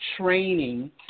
training